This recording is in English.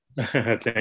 Thank